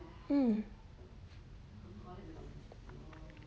hmm